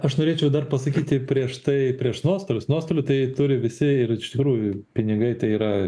aš norėčiau dar pasakyti prieš tai prieš nuostolius nuostolių tai turi visi ir iš tikrųjų pinigai tai yra